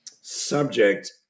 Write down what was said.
subject